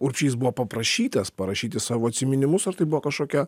urbšys buvo paprašytas parašyti savo atsiminimus ar tai buvo kažkokia